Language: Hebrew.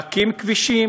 להקים כבישים,